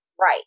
right